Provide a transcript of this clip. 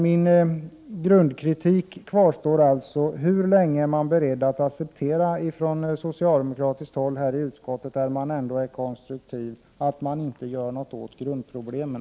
Min grundkritik kvarstår alltså, och jag vill fråga: Hur länge är socialdemokraterna, som ändå är konstruktiva i utskottet, beredda att acceptera att det inte görs någonting åt grundproblemen?